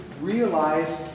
realize